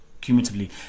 cumulatively